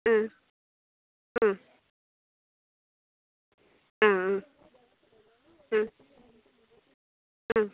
ആ ആ ആ ആ ആ ആ